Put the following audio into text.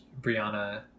Brianna